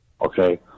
Okay